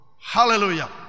Hallelujah